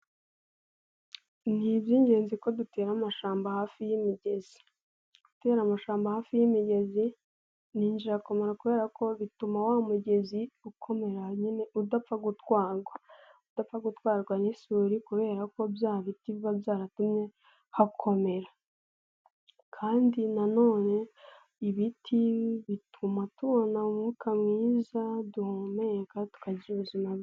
Ni ibyingenzi ko dutera amashyamba hafi y'imigezi, gutera amashyamba hafi y'imigezi n'ingikamaro kubera ko bituma wa mugezi ukomera nyine udapfa gutwarwa, udapfa gutwarwa n'isuri kubera ko bya biti biba byaratumye hakomera, kandi nanone ibiti bituma tubona umwuka mwiza duhumeka tukagira ubuzima bwi...